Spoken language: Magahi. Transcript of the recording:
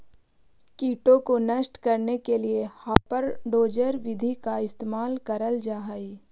कीटों को नष्ट करने के लिए हापर डोजर विधि का इस्तेमाल करल जा हई